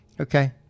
okay